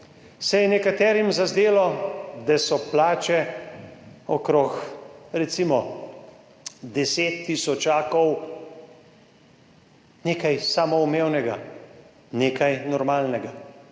v zdravstvu, zazdelo, da so plače okrog recimo 10 tisočakov nekaj samoumevnega, nekaj normalnega